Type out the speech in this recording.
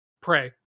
pray